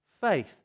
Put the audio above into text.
faith